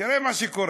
תראה מה שקורה: